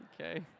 okay